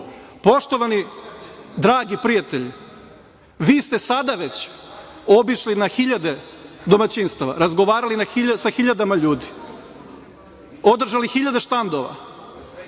neznanje. Poštovani dragi prijatelji, vi ste sada već obišli na hiljade domaćinstava, razgovarali sa hiljadama ljudi, održali hiljade štandova,